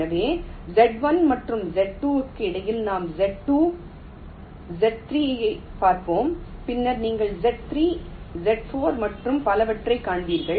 எனவே Z1 மற்றும் Z2 க்கு இடையில் நாம் Z2 Z3 ஐப் பார்ப்போம் பின்னர் நீங்கள் Z3 Z4 மற்றும் பலவற்றைக் காண்பீர்கள்